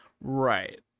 Right